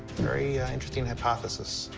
very interesting hypothesis.